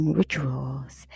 rituals